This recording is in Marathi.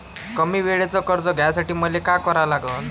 कमी वेळेचं कर्ज घ्यासाठी मले का करा लागन?